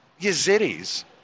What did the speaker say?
Yazidis